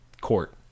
court